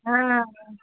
ಹಾಂ ಹಾಂ